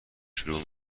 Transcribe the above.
شروع